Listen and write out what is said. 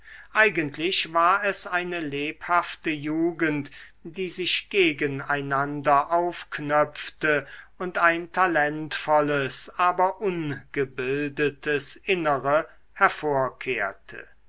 eigentlich war es eine lebhafte jugend die sich gegen einander aufknöpfte und ein talentvolles aber ungebildetes innere hervorkehrte